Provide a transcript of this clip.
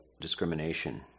discrimination